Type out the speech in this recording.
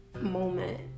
moment